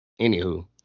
Anywho